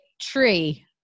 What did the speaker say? Tree